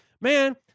Man